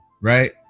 right